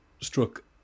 struck